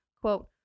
quote